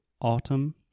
autumn